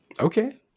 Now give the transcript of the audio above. Okay